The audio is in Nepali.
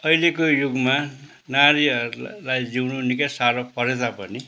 अहिलेको युगमा नारीहरूलाई जिउनु निकै साह्रो परे तापनि